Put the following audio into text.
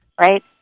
Right